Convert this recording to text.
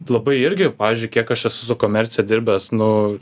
labai irgi pavyzdžiui kiek aš esu su komercija dirbęs nu